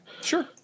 sure